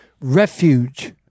refuge